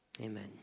Amen